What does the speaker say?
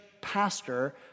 pastor